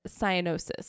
cyanosis